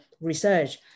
research